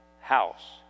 house